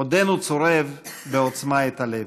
עודנו צורב בעוצמה את הלב.